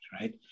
right